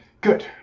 Good